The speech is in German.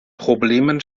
problemen